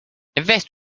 invest